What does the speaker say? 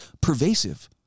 pervasive